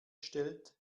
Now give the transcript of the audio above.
stellt